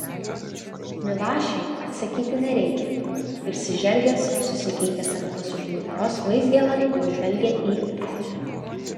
milašiui atsakyti nereikia išsižergęs susikeitęs rankas už nugaros vaizgėla jau žvelgia į ežerą